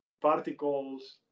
particles